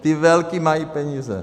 Ty velký mají peníze.